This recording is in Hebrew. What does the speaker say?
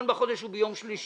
1 בינואר הוא ביום שלישי.